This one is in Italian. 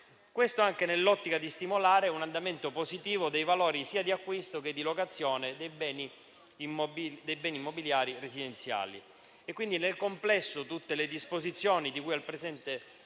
Questo anche nell'ottica di stimolare un andamento positivo dei valori sia di acquisto che di locazione dei beni immobiliari residenziali.